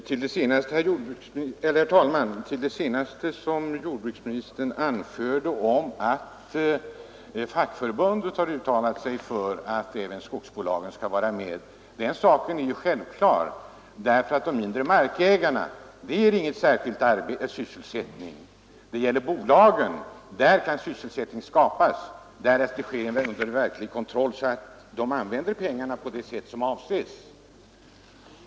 Herr talman! Med anledning av det senaste som herr jordbruksministern anförde, dvs. att fackförbundet har uttalat sig för att även skogsbolagen skall vara med i skogsvårdsprogrammet, vill jag säga att detta är en självklarhet, eftersom ägarna av mindre markområden inte ger någon sysselsättning. Det är genom skogsbolagen som sysselsättning kan skapas. Därför bör det införas en verklig kontroll över att pengarna används på det sätt som avses.